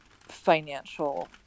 financial